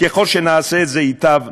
ככל שנעשה את זה, ייטב לנו.